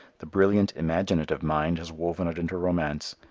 the brilliant imaginative mind has woven it into romance,